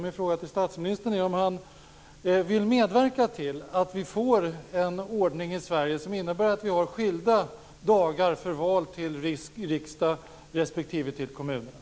Min fråga till statsministern är om han vill medverka till att vi får en ordning i Sverige som innebär att vi har skilda dagar för val till riksdag respektive till kommunerna.